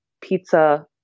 pizza